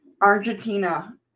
Argentina